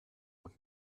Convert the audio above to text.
und